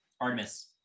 Artemis